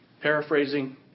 Paraphrasing